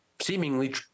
seemingly